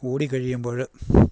ഓടിക്കഴിയുമ്പോഴ്